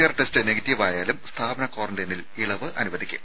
R test നെഗറ്റീവായാലും സ്ഥാപന ക്വാറന്റൈനിൽ ഇളവ് അനുവദിക്കും